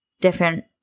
different